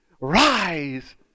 rise